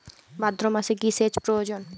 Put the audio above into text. ভাদ্রমাসে কি সেচ প্রয়োজন?